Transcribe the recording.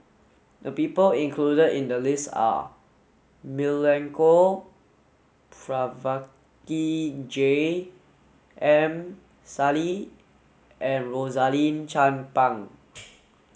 the people included in the list are Milenko Prvacki J M Sali and Rosaline Chan Pang